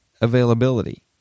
availability